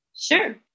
Sure